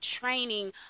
training